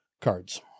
cards